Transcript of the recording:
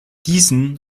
diesen